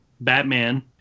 batman